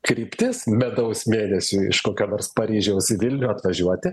kryptis medaus mėnesiui iš kokio nors paryžiaus į vilnių atvažiuoti